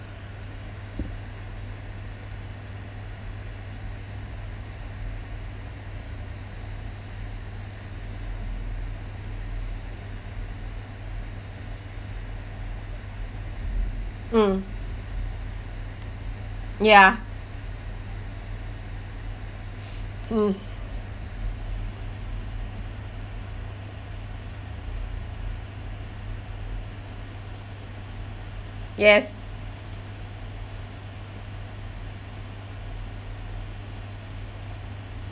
mm ya mm yes